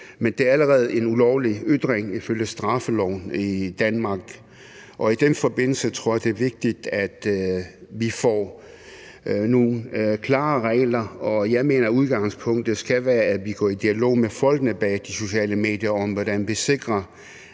men det er allerede en ulovlig ytring ifølge straffeloven i Danmark, og i den forbindelse tror jeg, det er vigtigt, at vi får nogle klare regler. Jeg mener, at udgangspunktet skal være, at vi går i dialog med folkene bag de sociale medier om, hvordan vi sikrer,